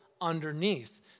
underneath